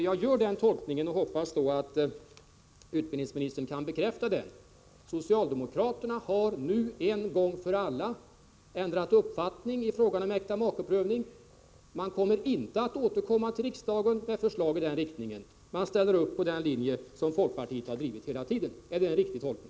Jag gör den tolkningen — och hoppas att utbildningsministern kan bekräfta den — att socialdemokraterna nu en gång för alla har ändrat uppfattning i fråga om äkta makeprövning; man kommer inte att återkomma till riksdagen med förslag i den riktningen. Man ställer upp på den linje som folkpartiet hela tiden drivit. Är det en riktig tolkning?